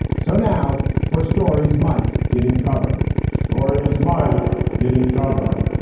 so now for stories mike did in cover story. his mind didn't cover.